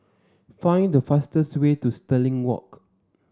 find the fastest way to Stirling Walk